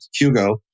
Hugo